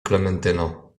klementyno